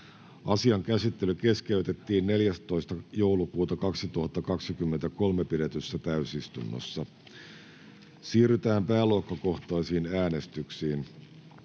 Asian käsittely keskeytettiin 14.12.2023 pidetyssä täysistunnossa. Siirrytään pääluokkakohtaisiin äänestyksiin.